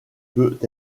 peut